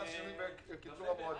בקיצור המועדים.